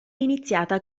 iniziata